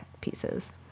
pieces